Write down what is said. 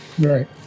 Right